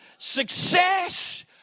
Success